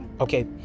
okay